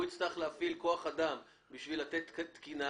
הוא יצטרך להפעיל כוח אדם בשביל לתת תקינה